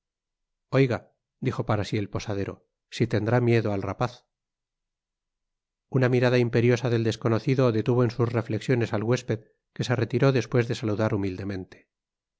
oiga dijo para sí el posadero si tendrá miedo al rapaz una mirada imperiosa del desconocido detuvo en sus reflexiones al huésped que se retü ó despues de saludar humildemente